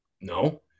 no